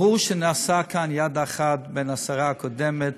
ברור שנעשתה כאן יד אחת בין השרה הקודמת,